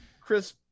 Chris